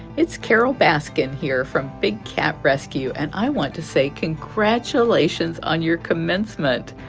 it's carol baskin here from big cat rescue and i want to say congratulations on your commencement.